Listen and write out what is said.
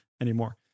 anymore